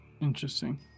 Interesting